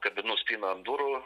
kabinu spyną ant durų